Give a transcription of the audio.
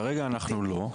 כרגע אנחנו לא.